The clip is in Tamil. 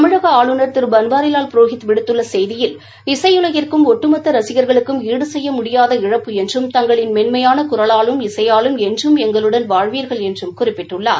தமிழக ஆளுநர் திரு பன்வாரிலால் புரோஹித் விடுத்துள்ள செய்தியில் இசையுலகிற்கும் ஒட்டுமொத்த ரசின்களுக்கும் ஈடு கெய்ய முடியாத இழப்பு என்றும் தங்களின் மென்மையாள குரலாலும் இசையாலும் என்றும் எங்குளுடன் வாழ்வீர்கள் என்று குறிப்பிட்டுள்ளார்